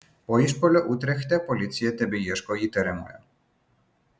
po išpuolio utrechte policija tebeieško įtariamojo